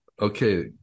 okay